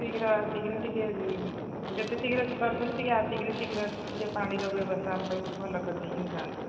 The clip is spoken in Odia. ଶୀଘ୍ର ଆସିକି ଟିକେ ଯେତେ ଶୀଘ୍ର ପାରୁଛନ୍ତି ଟିକେ ଆସିକି ଶୀଘ୍ର ଟିକେ ପାଣିର ବ୍ୟବସ୍ଥା ଆମ ପାଇଁ ଭଲ କରିଦେଇକି ଯାଆନ୍ତୁ